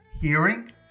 hearing